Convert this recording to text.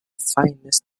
finest